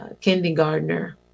kindergartner